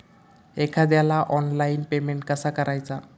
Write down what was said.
एखाद्याला online payment कसा करायचा?